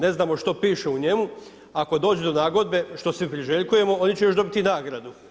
Ne znamo što piše o njemu, ako dođe do nagodbe, što svi priželjkujemo, oni će još dobiti i nagradu.